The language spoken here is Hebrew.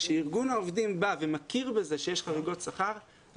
כאשר ארגון העובדים בא ומכיר בזה שיש חריגות שכר,